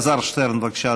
חבר הכנסת אלעזר שטרן, בבקשה,